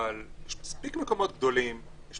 אבל יש מספיק מקומות גדולים, יש